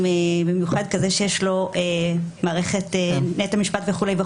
במיוחד כזה שיש לו מערכת נט משפט וכולי,